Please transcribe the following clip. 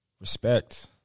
respect